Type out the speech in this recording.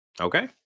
Okay